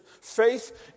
Faith